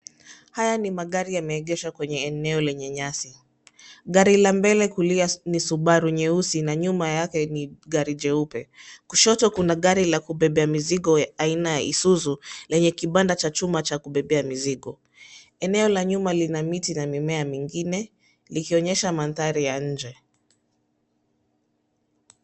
Haya ni magari yameegeshwa kwenye eneo lenye nyasi. Gari la mbele kulia ni Subaru nyeusi na nyuma yake ni gari jeupe. Kushoto kuna gari la kubebea mizigo ya aina ya isuzu lenye kibanda cha chuma cha kubebea mizigo. Eneo la nyuma lina miti na mimea mingine likionyesha mandhari ya nje.